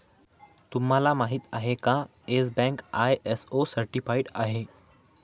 तुम्हाला माहिती आहे का, येस बँक आय.एस.ओ सर्टिफाइड आहे